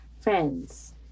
friends